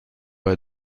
bei